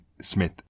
Smith